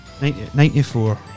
94